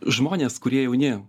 žmonės kurie jauni